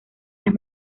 las